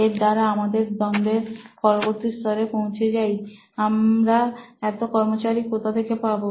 এর দ্বারা আমরা দ্বন্দ্বের পরবর্তী স্তরে পৌঁছে যাই আমরা এত কর্মচারী কোথা থেকে পাব